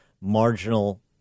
marginal